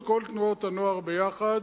את כל תנועות הנוער ביחד,